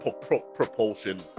propulsion